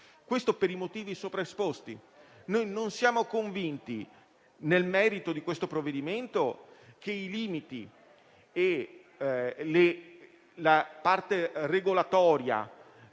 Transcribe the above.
Questo per i motivi sopra esposti. Noi non siamo convinti, nel merito di questo provvedimento, che i limiti e la parte regolatoria